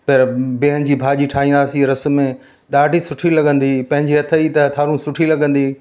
पिण बीहन जी भाॼी ठाहींदा हुआसीं रस में ॾाढी सुठी लॻंदी हुई पंहिंजे हथ ई त हथारूं सुठी लॻंदी हुई